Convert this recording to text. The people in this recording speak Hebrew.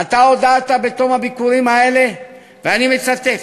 ואתה הודעת בתום הביקורים האלה, ואני מצטט: